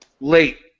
late